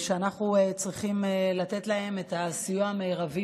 שאנחנו צריכים לתת להם את הסיוע המרבי